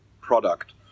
product